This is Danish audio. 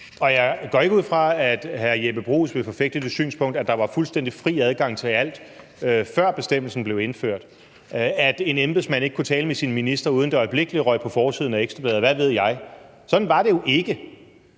det synspunkt, at der var fuldstændig fri adgang til alt, før bestemmelsen blev indført, altså at en embedsmand ikke kunne tale med sin minister, uden at det øjeblikkelig røg på forsiden af Ekstra Bladet, og hvad ved jeg. Sådan var det jo ikke.